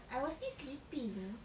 I was still sleeping